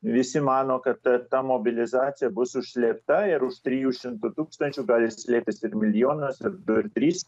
visi mano kad ta ta mobilizacija bus užslėpta ir už trijų šimtų tūkstančių gali slėptis ir milijonas ir du ir trys